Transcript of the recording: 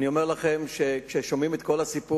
אני אומר לכם שכששומעים את כל הסיפור,